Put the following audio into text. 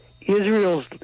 Israel's